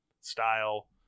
style